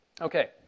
Okay